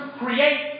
create